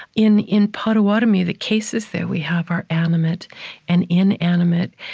in in potawatomi, the cases that we have are animate and inanimate,